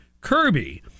Kirby